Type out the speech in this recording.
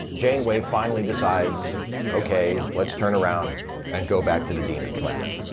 janeway finally decides, okay, let's turn around and go back to the demon planet.